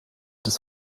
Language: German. des